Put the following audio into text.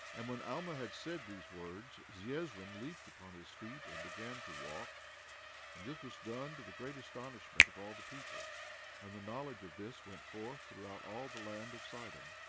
and when alma had said these words, zeezrom leaped upon his feet, and began to walk and this was done to the great astonishment of all the people and the knowledge of this went forth throughout all the land of sidom.